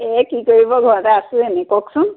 এই কি কৰিব ঘৰতে আছোঁ এনেই কওকচোন